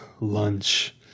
lunch